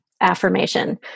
affirmation